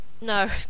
no